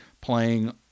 playing